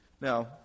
Now